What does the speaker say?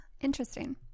Interesting